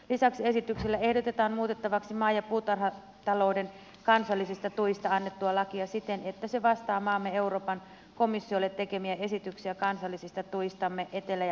lisäksi esityksellä ehdotetaan muutettavaksi maa ja puutarhatalouden kansallisista tuista annettua lakia siten että se vastaa maamme euroopan komissiolle tekemiä esityksiä kansallisista tuistamme etelä ja pohjois suomen osalta